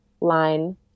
line